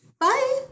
Bye